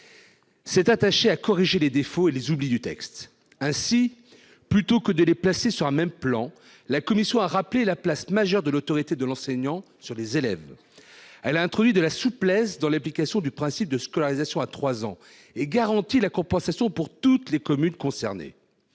s'est attaché à corriger les défauts et les oublis du texte. Ainsi, plutôt que de les placer sur un même plan, la commission a rappelé la place majeure de l'autorité de l'enseignant sur les élèves. Elle a introduit de la souplesse dans l'application du principe de scolarisation à 3 ans et garanti la compensation pour toutes les communes concernées.